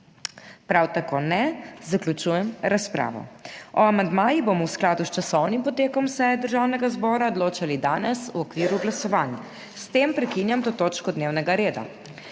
Prav tako ne. Zaključujem razpravo. O amandmajih bomo v skladu s časovnim potekom seje Državnega zbora odločali danes v okviru glasovanj. S tem prekinjam to točko dnevnega reda.